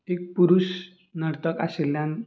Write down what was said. एक पुरुश नर्तक आशिल्ल्यान